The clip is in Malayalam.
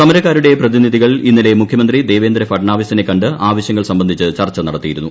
സമരക്കാരുടെ പ്രതിനിധികൾ ഇന്നലെ മുഖ്യമന്ത്രി ദേവേന്ദ്ര ഫട്നാവിസിനെ കണ്ട് ആവശ്യങ്ങൾ സംബന്ധിച്ച് ചർച്ച നടത്തിയിരുന്നു